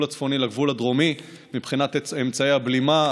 הצפוני לגבול הדרומי מבחינת אמצעי הבלימה,